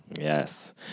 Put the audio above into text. Yes